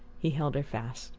he held her fast.